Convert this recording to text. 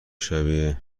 شبیه